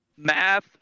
Math